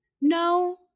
No